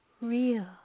real